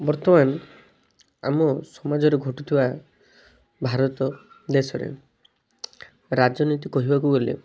ବର୍ତ୍ତମାନ ଆମ ସମାଜରେ ଘଟୁଥିବା ଭାରତ ଦେଶରେ ରାଜନୀତି କହିବାକୁ ଗଲେ